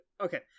okay